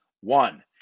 One